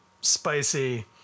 spicy